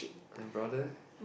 my brother